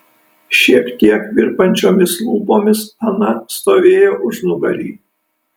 šiek tiek virpančiomis lūpomis ana stovėjo užnugary